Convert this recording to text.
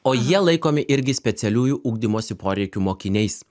o jie laikomi irgi specialiųjų ugdymosi poreikių mokiniais